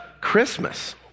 Christmas